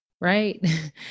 right